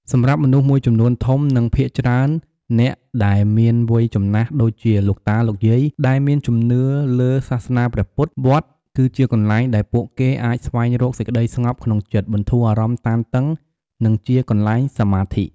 សម្រាប់មនុស្សមួយចំនួនធំ និងភាគច្រើនអ្នកដែលមានវ័យចំណាស់ដូចជាលោកតាលោកយាយដែលមានជំនឿទៅលើសាសនាព្រះពុទ្អ វត្តគឺជាកន្លែងដែលពួកគេអាចស្វែងរកសេចក្ដីស្ងប់ក្នុងចិត្ត បន្ធូរអារម្មណ៍តានតឹង និងជាកន្លែងសមាធិ។